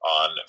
on